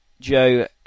Joe